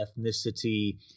ethnicity